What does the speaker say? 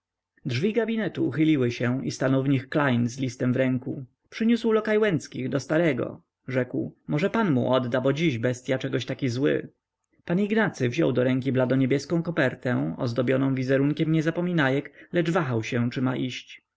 drzwi gabinetu uchyliły się i stanął w nich klejn z listem w ręku przyniósł lokaj łęckich do starego rzekł może pan mu odda bo dziś bestya czegoś taki zły pan ignacy wziął do rąk bladoniebieską kopertę ozdobioną wizerunkiem niezapominajek lecz wahał się czy ma iść